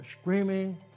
screaming